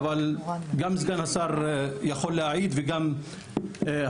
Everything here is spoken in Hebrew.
אבל גם סגן השר יכול להעיד וגם הרבה